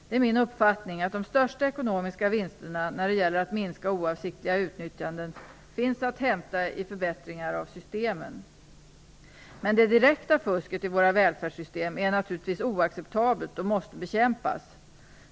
Det är min uppfattning att de största ekonomiska vinsterna när det gäller att minska oavsiktliga utnyttjanden finns att hämta i förbättringar av systemen. Men det direkta fusket i våra välfärdssystem är naturligtvis oacceptabelt och måste bekämpas.